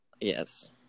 Yes